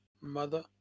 mother